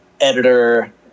editor